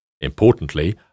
Importantly